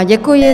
Děkuji.